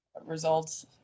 results